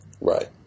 Right